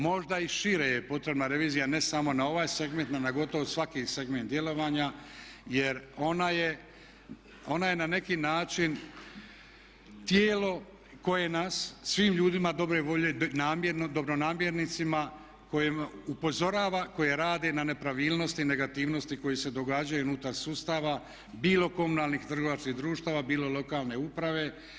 Možda i šire je potrebna revizija, ne samo na ovaj segment nego na gotovo svaki segment djelovanja jer ona je na neki način tijelo koje nas, svim ljudima dobre volje namjerno, dobronamjernicama koje upozorava, koji rade na nepravilnosti i negativnosti, koje se događaju unutar sustava, bilo komunalnih trgovačkih društava, bilo lokalne uprave.